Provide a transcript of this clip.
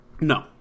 No